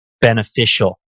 beneficial